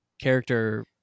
character